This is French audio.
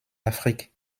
afrique